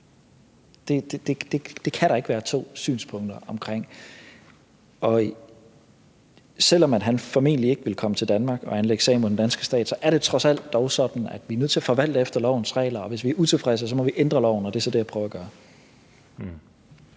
Det kan der ikke være to synspunkter om. Selv om han formentlig ikke ville komme til Danmark og anlægge sag mod den danske stat, er det trods alt sådan, at vi er nødt til at forvalte efter lovens regler, og hvis vi er utilfredse, må vi ændre loven. Det er så det, jeg prøver at gøre.